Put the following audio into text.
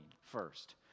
first